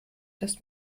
das